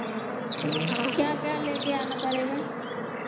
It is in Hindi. क्या क्या ले कर आना पड़ेगा